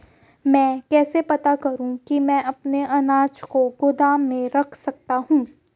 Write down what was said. मैं कैसे पता करूँ कि मैं अपने अनाज को गोदाम में रख सकता हूँ?